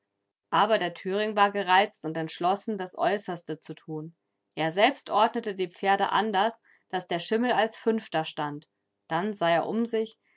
aber der thüring war gereizt und entschlossen das äußerste zu tun er selbst ordnete die pferde anders daß der schimmel als fünfter stand dann sah er um sich